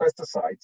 pesticides